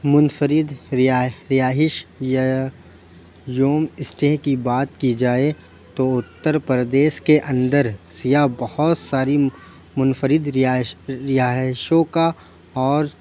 منفرد رہا رہایش یا روم اسٹے کی بات کی جائے تو اُتّر پردیش کے اندر سیاح بہت ساری منفرد رہایش رہایشوں کا اور